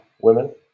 women